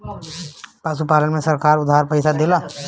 पशुपालन में सरकार उधार पइसा देला?